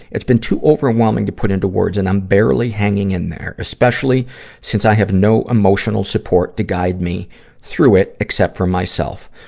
it's been too overwhelming to put into words, and i'm barely hanging in there, especially since i have no emotional support to guide me through it, except for myself.